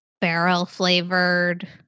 barrel-flavored